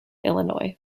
illinois